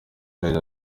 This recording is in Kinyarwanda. yagize